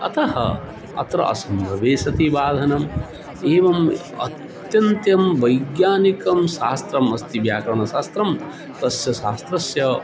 अतः अत्र असम्भवे सति वाधनम् एवम् अत्यन्तं वैज्ञानिकं शास्त्रम् अस्ति व्याकरणशास्त्रं तस्य शास्त्रस्य